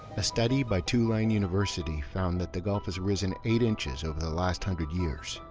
a study by tulane university found that the gulf has risen eight inches over the last hundred years,